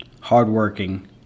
hardworking